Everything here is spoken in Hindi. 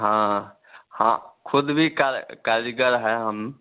हाँ हाँ खुद भी कार कारीगर है हम